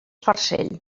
farcell